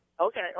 Okay